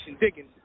digging